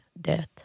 death